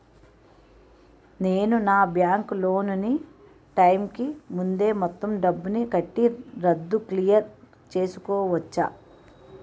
నేను నా bank loan నీ టైం కీ ముందే మొత్తం డబ్బుని కట్టి రద్దు క్లియర్ చేసుకోవచ్చా?